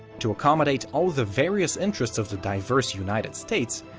to accommodate all the various interests of the diverse united states,